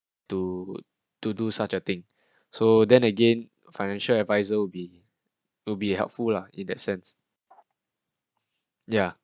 to to do such a thing so then again financial adviser will be will be helpful lah in that sense ya